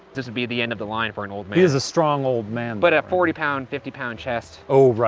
this would be the end of the line for an old man. he's a strong old man, though. but a forty pound, fifty pound chest. oh, right.